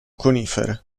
conifere